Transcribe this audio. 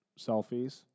selfies